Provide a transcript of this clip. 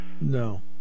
No